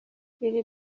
lil